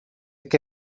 que